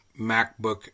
macbook